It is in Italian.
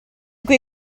qui